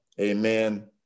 amen